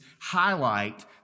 highlight